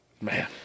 Man